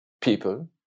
people